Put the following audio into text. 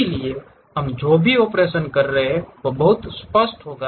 इसलिए हम जो भी ऑपरेशन कर रहे हैं वह बहुत स्पष्ट होगा